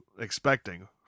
expecting